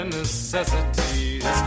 necessities